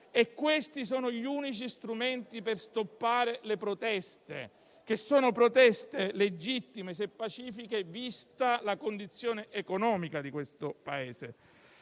Questi sono gli unici strumenti per fermare le proteste, che sono legittime se pacifiche, vista la condizione economica di questo Paese.